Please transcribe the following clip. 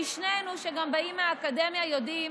כי שנינו, שגם באים מהאקדמיה, יודעים